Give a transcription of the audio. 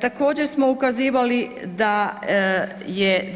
Također smo ukazivali